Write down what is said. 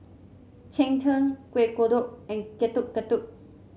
Cheng Tng Kuih Kodok and Getuk Getuk